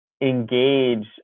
engage